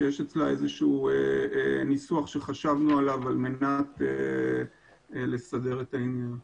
שיש לה איזשהו ניסוח שחשבנו עליו על מנת לסדר את העניין.